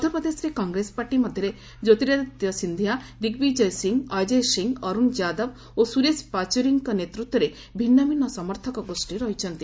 ମଧ୍ୟପ୍ରଦେଶରେ କଟ୍ରେସ ପାର୍ଟି ମଧ୍ୟରେ କ୍ୟୋର୍ତିଆଦିତ୍ୟ ସିନ୍ଧିଆ ଦିଗ୍ବିକୟ ସିଂହ ଅଜୟ ସିଂହ ଅରୁଣ ଯାଦବ ଓ ସୁରେଶ ପାଚୋରୀଙ୍କ ନେତୃତ୍ୱରେ ଭିନ୍ନ ଭିନ୍ନ ସମର୍ଥକ ଗୋଷୀ ରହିଛନ୍ତି